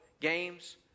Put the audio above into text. games